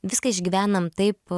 viską išgyvenam taip